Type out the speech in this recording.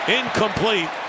incomplete